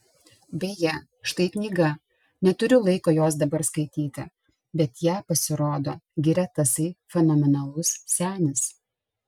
beje štai knyga neturiu laiko jos dabar skaityti bet ją pasirodo giria tasai fenomenalus senis